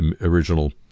original